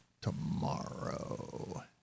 tomorrow